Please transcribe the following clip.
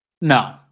No